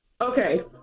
Okay